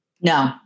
No